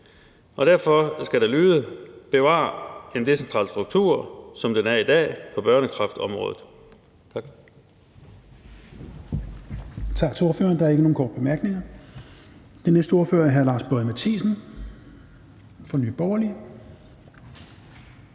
og derfor skal det lyde herfra: Bevar en decentral struktur, som den er i dag på børnekræftområdet.